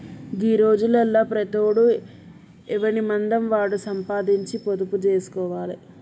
గీ రోజులల్ల ప్రతోడు ఎవనిమందం వాడు సంపాదించి పొదుపు జేస్కోవాలె